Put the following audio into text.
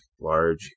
large